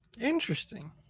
Interesting